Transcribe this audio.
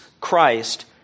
Christ